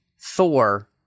Thor